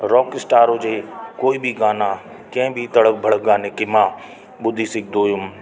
rock star हुजे कोई बि गाना कंहिं बि तड़क भड़क गाने की मां ॿुधी सघंदो हुयुमि